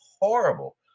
horrible